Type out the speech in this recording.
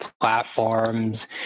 platforms